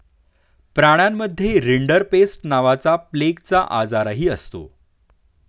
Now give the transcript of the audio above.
प्राण्यांमध्ये रिंडरपेस्ट नावाचा प्लेगचा आजारही असतो